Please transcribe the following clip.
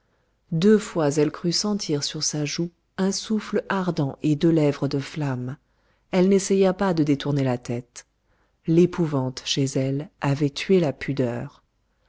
deux fois elle crut sentir sur sa joue un souffle ardent et deux lèvres de flamme elle n'essaya pas de détourner la tête l'épouvante chez elle avait tué la pudeur